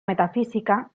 metafísica